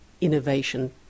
innovation